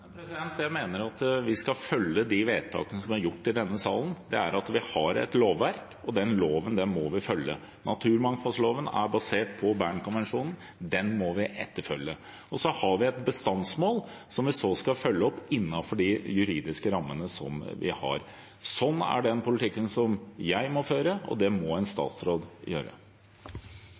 Jeg mener at vi skal følge de vedtakene som er gjort i denne salen, og det er at vi har et lovverk, og den loven må vi følge. Naturmangfoldloven er basert på Bernkonvensjonen. Den må vi etterfølge. Så har vi et bestandsmål som vi så skal følge opp, innenfor de juridiske rammene som vi har. Sånn er den politikken som jeg må føre. Det må en statsråd gjøre.